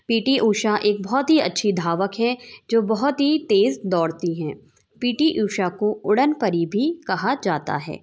P T Usha एक बहौत ही अच्छी धावक हैं जो बहौत ही तेज़ दौड़ती हैं पी टी ऊषा को उड़न परी भी कहा जाता है